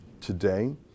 today